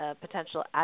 potential